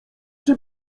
czy